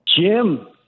Jim